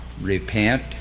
Repent